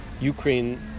Ukraine